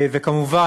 וכמובן,